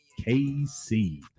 KC